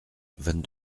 vingt